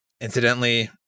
incidentally